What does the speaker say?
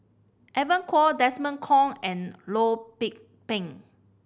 Evon Kow Desmond Kon and Loh Peng